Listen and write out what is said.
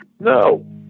no